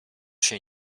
się